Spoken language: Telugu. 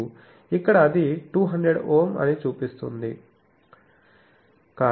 ఇక్కడ అది 200Ω అని చూపిస్తోంది